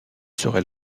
serait